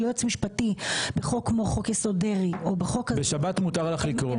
יועץ משפטי בחוק כמו חוק יסוד דרעי --- בשבת מותר לך לקרוא.